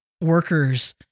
workers